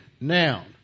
noun